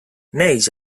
neix